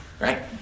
Right